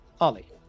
Ollie